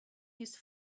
his